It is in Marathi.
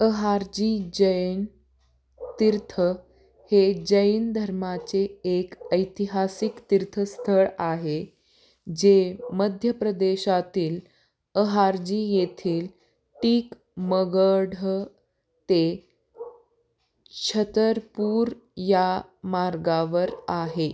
अहारजी जैन तीर्थ हे जैन धर्माचे एक ऐतिहासिक तीर्थस्थळ आहे जे मध्य प्रदेशातील अहारजी येथील टीकमगढ ते छतरपूर या मार्गावर आहे